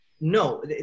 no